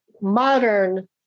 modern